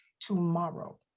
Tomorrow